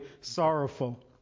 sorrowful